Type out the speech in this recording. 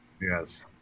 Yes